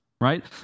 Right